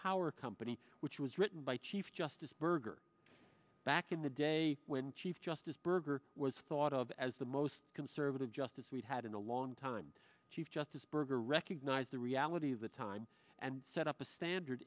power company which was written by chief justice berger back in the day when chief justice berger was thought of as the most conservative justice we've had in a long time chief justice burger recognized the reality of the time and set up a standard